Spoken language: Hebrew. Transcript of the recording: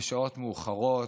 בשעות מאוחרות,